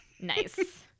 nice